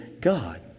God